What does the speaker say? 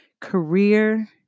career